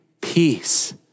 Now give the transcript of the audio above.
peace